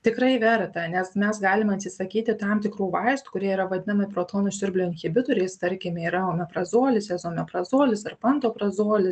tikrai verta nes mes galim atsisakyti tam tikrų vaistų kurie yra vadinami protonų siurblio inhibitoriais tarkime yra omeprazolis ezomeprazolis ir pantoprazolis